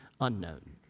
unknown